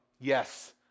Yes